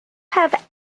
have